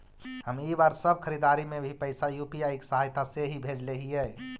हम इ बार सब खरीदारी में भी पैसा यू.पी.आई के सहायता से ही भेजले हिय